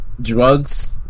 drugs